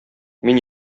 мин